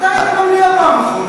מתי היית במליאה בפעם האחרונה?